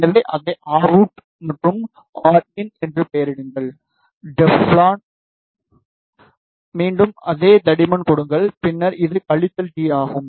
எனவே இதை R out மற்றும் ஆர் இன் என்று பெயரிடுங்கள் டெஃப்ளான் மீண்டும் அதே தடிமன் கொடுங்கள் பின்னர் இது கழித்தல் டீ ஆகும்